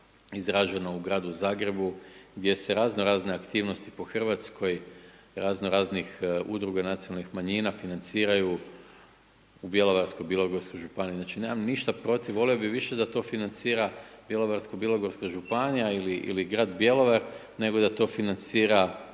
izraženo u Gradu Zagrebu, gdje se razno razne aktivnosti po Hrvatskoj, razno raznih udruga nacionalnih manjina financiraju u Bjelovarsko-bilogorskoj županiji, znači nemam ništa protiv, volio bih više da to financira Bjelovarsko-bilogorska županija ili Grad Bjelovar, nego da to financira